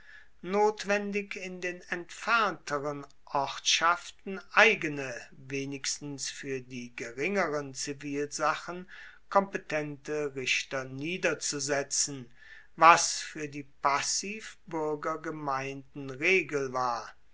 notwendig in den entfernteren ortschaften eigene wenigstens fuer die geringeren zivilsachen kompetente richter niederzusetzen was fuer die passivbuergergemeinden regel war